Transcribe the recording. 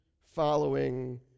following